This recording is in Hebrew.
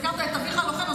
הזכרת את אביך הלוחם,